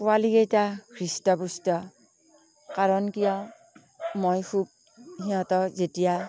পোৱালিকেইটা হৃষ্ট পুষ্ট কাৰণ কিয় মই খুব সিহঁতক যেতিয়া